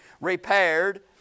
repaired